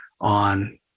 on